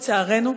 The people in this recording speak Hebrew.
לצערנו,